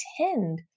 attend